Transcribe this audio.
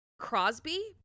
Crosby